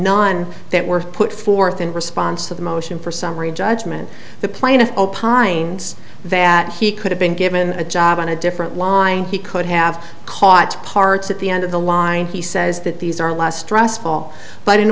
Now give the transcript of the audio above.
not on that were put forth in response to the motion for summary judgment the plaintiff opined that he could have been given a job on a different line he could have caught parts at the end of the line he says that these are less stressful but in